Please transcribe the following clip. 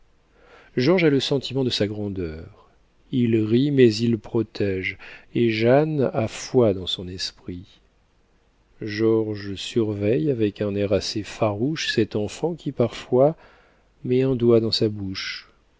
george a le sentiment de sa grandeur il rit mais il protège et jeanne a foi dans son esprit georges surveille avec un air assez farouche cette enfant qui parfois met un doigt dans sa bouche